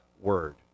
word